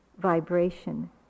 vibration